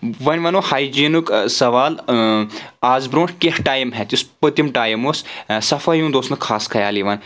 وۄنۍ وَنو ہایجیٖنُک سوال آز برونٛٹھ کینٛہہ ٹایِم ہؠتھ یُس پٔتِم ٹایِم اوس صفٲیی ہُنٛد اوس نہٕ خاص خیال یِوَان